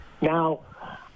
now